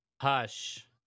Hush